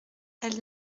elle